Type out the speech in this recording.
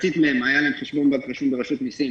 למחצית מהן היה חשבון בנק רשום ברשות המיסים.